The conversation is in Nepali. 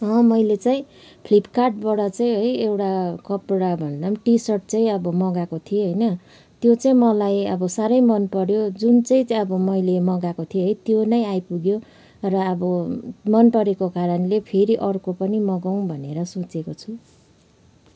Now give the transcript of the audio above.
मैले चाहिँ फ्लिपकार्टबाट चाहिँ है एउटा कपडा भन्दा पनि टी सर्ट चाहिँ अब मगाएको थिएँ होइन त्यो चाहिँ मलाई अब साह्रै मन पऱ्यो जुन चाहिँ अब मैले मगाएको थिएँ त्यो नै आइपुग्यो र अब मन परेको कारणले फेरि अर्को पनि मगाउँ भनेर सोचेको छु